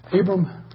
Abram